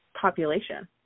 population